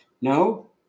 No